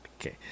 Okay